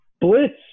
blitz